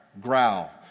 Growl